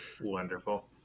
Wonderful